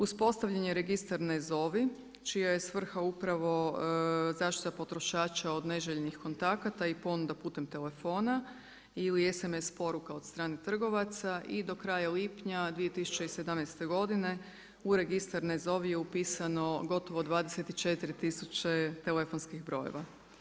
Uspostavljen je Registar „Ne zovi“, čija je svrha upravo zaštita potrošača od neželjenih kontakata i ponuda putem telefona ili SMS poruka od strane trgovaca i do kraja lipnja 2017. godine, u Registar „Ne zovi“ je upisano gotovo 24 tisuće telefonskih brojeva.